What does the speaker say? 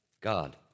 God